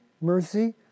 mercy